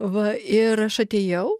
va ir aš atėjau